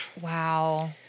wow